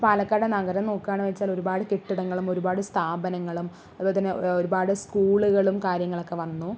പാലക്കാട് നഗരം നോക്കുകയാണ് വെച്ചാൽ ഒരുപാട് കെട്ടിടങ്ങളും ഒരുപാട് സ്ഥാപനങ്ങളും അതുപോലെ തന്നെ ഒരുപാട് സ്കൂളുകളും കാര്യങ്ങളൊക്കെ വന്നു